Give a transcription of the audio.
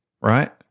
right